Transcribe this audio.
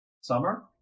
summer